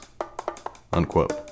unquote